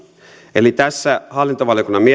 eli tässä hallintovaliokunnan mietinnössä jonka